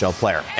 player